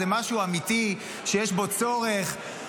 זה משהו אמיתי שיש בו צורך.